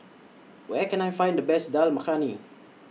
Where Can I Find The Best Dal Makhani